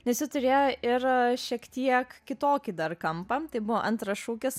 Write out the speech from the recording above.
nes ji turėjo ir šiek tiek kitokį dar kampą tai buvo antras šūkis